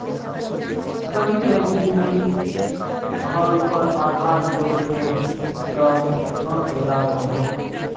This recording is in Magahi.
सही हेजिंग नी ह ल पर आधार जोखीमेर त न तैयार रह बो